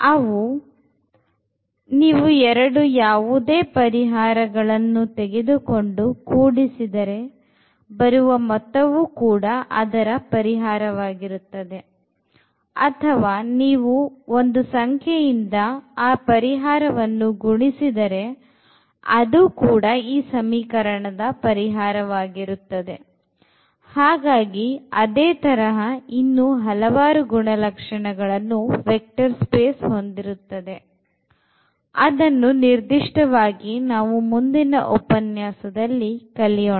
ಅವು ನೀವು ಎರಡು ಯಾವುದೇ ಎರಡು ಪರಿಹಾರಗಳನ್ನು ತೆಗೆದುಕೊಂಡು ಕೂಡಿಸಿದರೆ ಮೊತ್ತವು ಕೂಡ ಅದರ ಪರಿಹಾರ ವಾಗಿರುತ್ತದೆ ಅಥವಾ ನೀವು ಒಂದು ಸಂಖ್ಯೆಯನ್ನು ಪರಿಹಾರಕ್ಕೆ ಗುಣಿಸಿದರೆ ಅದು ಕೂಡ ಈ ಸಮೀಕರಣದ ಪರಿಹಾರ ವಾಗಿರುತ್ತದೆ ಹಾಗಾಗಿ ಅದೇ ತರಹ ಇನ್ನೂ ಹಲವಾರು ಗುಣಲಕ್ಷಣಗಳನ್ನು vector space ಹೊಂದಿರುತ್ತದೆ ಅದನ್ನು ನಿರ್ದಿಷ್ಟವಾಗಿ ನಾವು ಮುಂದಿನ ಉಪನ್ಯಾಸದಲ್ಲಿ ಕಲಿಯೋಣ